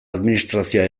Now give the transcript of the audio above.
administrazioa